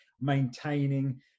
maintaining